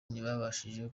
ntibabashije